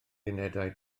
unedau